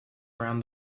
around